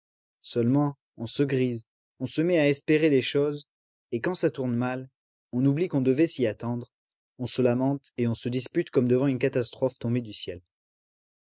seulement on se grise on se met à espérer des choses et quand ça tourne mal on oublie qu'on devait s'y attendre on se lamente et on se dispute comme devant une catastrophe tombée du ciel